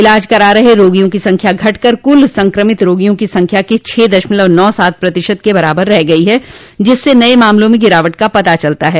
इलाज करा रहे रोगियों की संख्या घटकर कुल संक्रमित रोगियों की संख्या के छह दशमलव नौ सात प्रतिशत के बराबर रह गई है जिससे नये मामलों में गिरावट का पता चलता है